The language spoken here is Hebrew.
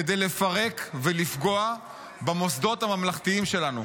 כדי לפרק ולפגוע במוסדות הממלכתיים שלנו?